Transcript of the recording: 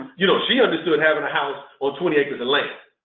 you know she understood having a house on twenty acres of land.